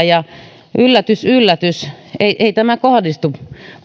ja yllätys yllätys ei tämä kohdistu